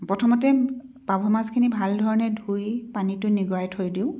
প্ৰথমতে পাভ মাছখিনি ভালধৰণে ধুই পানীটো নিগৰাই থৈ দিওঁ